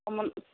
یِمَن